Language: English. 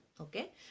Okay